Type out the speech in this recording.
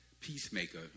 peacemaker